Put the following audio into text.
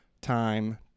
time